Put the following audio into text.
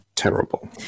Terrible